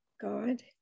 God